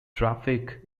traffic